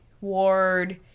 ward